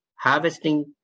harvesting